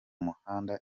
muhanda